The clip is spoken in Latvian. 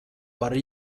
par